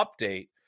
update